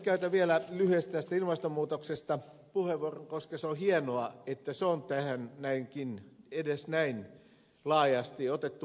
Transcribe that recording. käytän vielä lyhyesti puheenvuoron ilmastonmuutoksesta koska on hienoa että se on tähän edes näin laajasti otettu mukaan